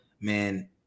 man